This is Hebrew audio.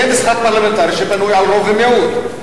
זה משחק פרלמנטרי שבנוי על רוב ומיעוט.